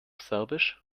serbisch